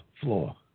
floor